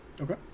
okay